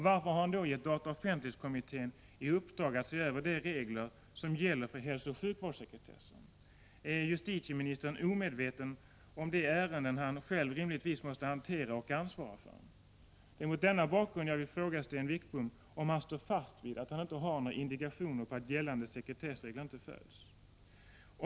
Varför har han då gett dataoch offentlighetskommittén i uppdrag att se över de regler som gäller för hälsooch sjukvårdssekretessen? Är justitieministern omedveten om de ärenden har själv rimligtvis måste hantera och ansvara för? Det är mot denna bakgrund jag vill fråga Sten Wickbom om han står fast vid att han inte har några indikationer på att gällande sekretessregler inte följs?